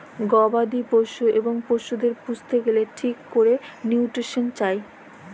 গবাদি পশ্য পশুদের পুইসতে গ্যালে ঠিক ক্যরে লিউট্রিশল চায়